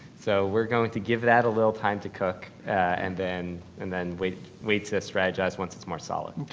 so, we're going to give that a little time to cook and then and then wait wait to strategize once it's more solid.